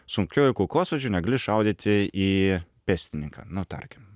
sunkiuoju kulkosvaidžiu negali šaudyti į pėstininką nu tarkim